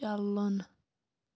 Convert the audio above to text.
چلُن